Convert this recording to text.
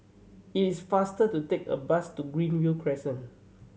it is faster to take a bus to Greenview Crescent